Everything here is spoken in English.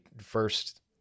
first